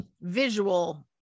visual